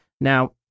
Now